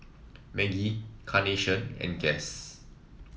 Maggi Carnation and Guess